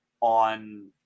on –